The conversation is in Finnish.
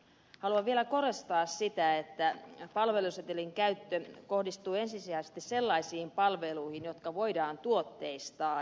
haluan vielä korostaa sitä että palvelusetelin käyttö kohdistuu ensisijaisesti sellaisiin palveluihin jotka voidaan tuotteistaa